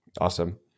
Awesome